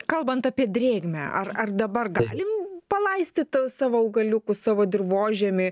kalbant apie drėgmę ar ar dabar galim palaistyt savo augaliukus savo dirvožemį